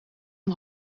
een